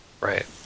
Right